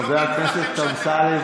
חבר הכנסת אמסלם,